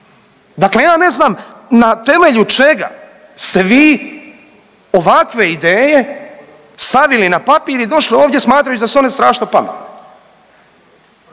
Dakle ja ne znam na temelju čega ste vi ovakve ideje stavili na papir i došli ovdje smatrajući da su one strašno pametne?